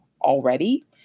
already